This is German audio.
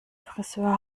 frisör